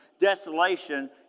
desolation